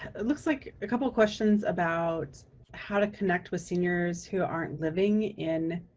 it looks like a couple questions about how to connect with seniors who aren't living in